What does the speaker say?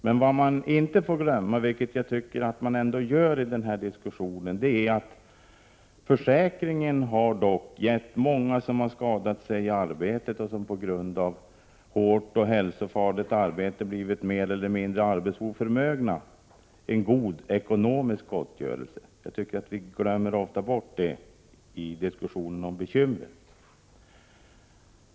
Men vad man inte får glömma, vilket jag tycker att många gör, är att försäkringen dock gett många som skadat sig i arbetet och som på grund av hårt och hälsofarligt arbete blivit mer eller mindre arbetsoförmögna en god ekonomisk gottgörelse. Vi glömmer ofta bort det i diskussionen om bekymmer.